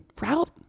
route